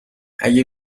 اگه